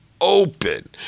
open